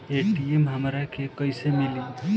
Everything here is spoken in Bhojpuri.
ए.टी.एम हमरा के कइसे मिली?